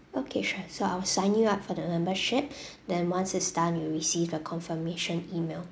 okay sure so I'll sign you up for the membership then once it's done you will receive a confirmation email